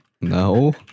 No